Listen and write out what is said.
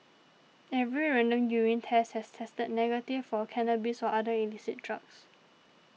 every random urine test has tested negative for cannabis or other illicit drugs